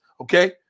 Okay